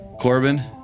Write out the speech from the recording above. Corbin